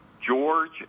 George